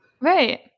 right